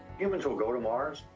humans will go to mars.